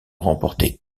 remporté